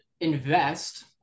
invest